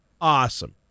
awesome